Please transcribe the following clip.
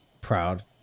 proud